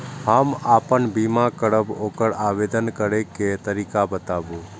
हम आपन बीमा करब ओकर आवेदन करै के तरीका बताबु?